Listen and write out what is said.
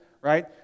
right